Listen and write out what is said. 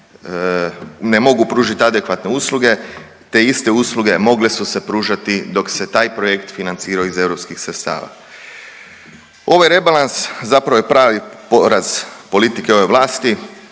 ne mogu pružit adekvatne usluge te iste usluge mogle su se pružati dok se taj projekt financirao iz europskih sredstava. Ovaj rebalans zapravo je pravi poraz politike ove vlasti